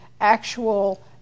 actual